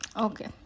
Okay